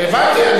אני מבין.